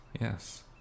yes